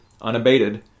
unabated